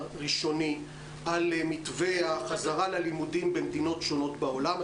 ראשוני על מתווה החזרה ללימודים במדינות שונות בעולם.